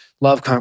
Love